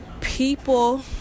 people